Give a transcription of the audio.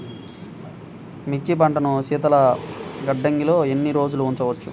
మిర్చి పంటను శీతల గిడ్డంగిలో ఎన్ని రోజులు ఉంచవచ్చు?